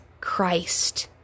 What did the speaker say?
Christ